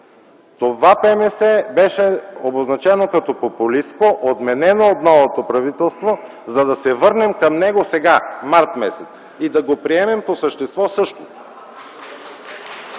Това ПМС беше обозначено като популистко, отменено от новото правителство, за да се върнем към него сега – през м. март 2010 г., и да го приемем по същество същото.